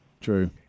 True